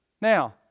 Now